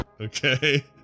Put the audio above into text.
Okay